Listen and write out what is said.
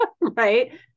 Right